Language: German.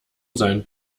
sein